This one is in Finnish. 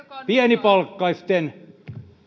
pienipalkkaisten